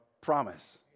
promise